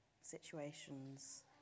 situations